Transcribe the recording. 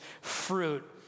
fruit